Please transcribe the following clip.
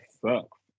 sucks